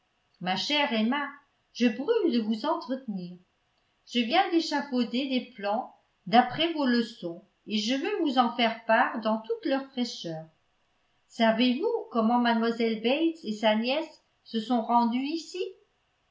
ma chère emma je brûle de vous entretenir je viens d'échafauder des plans d'après vos leçons et je veux vous en faire part dans toute leur fraîcheur savez-vous comment mlle bates et sa nièce se sont rendues ici